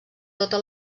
tota